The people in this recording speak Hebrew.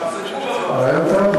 זה רעיון טוב,